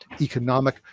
economic